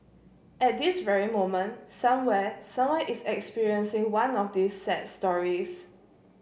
at this very moment somewhere someone is experiencing one of these sad stories